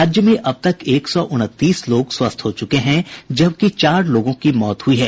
राज्य में अब तक एक सौ उनतीस लोग स्वस्थ हो चुके हैं जबकि चार लोगों की मौत हुई है